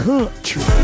Country